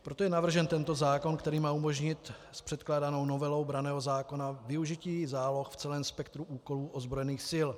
Proto je navržen tento zákon, který má umožnit s předkládanou novelou branného zákona využití záloh v celém spektru úkolů ozbrojených sil.